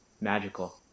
magical